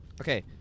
Okay